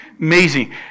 amazing